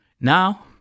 Now